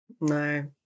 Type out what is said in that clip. No